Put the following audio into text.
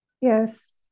Yes